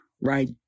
Right